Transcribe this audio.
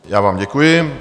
Já vám děkuji.